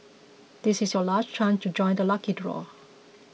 this is your last chance to join the lucky draw